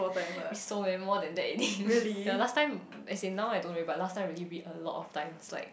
it's so many more than that already yea last time as in now I don't really but last time really read a lot of time like